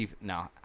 No